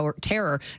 Terror